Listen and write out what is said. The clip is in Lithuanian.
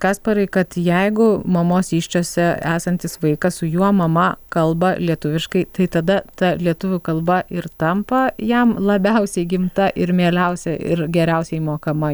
kasparai kad jeigu mamos įsčiose esantis vaikas su juo mama kalba lietuviškai tai tada ta lietuvių kalba ir tampa jam labiausiai įgimta ir mieliausia ir geriausiai mokama